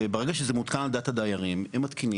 וברגע שזה מותקן על דעת הדיירים --- לא,